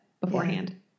beforehand